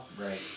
right